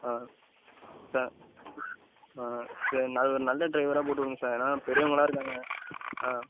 sir sir ஒரு நல்ல டிரைவராக போட்டு விடுங்க சார் ஏன்னால் பெரியவங்கெல்லாம் இருக்காங்க